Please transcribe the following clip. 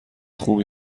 خوبی